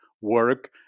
work